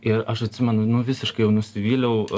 ir aš atsimenu nu visiškai jau nusivyliau